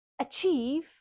achieve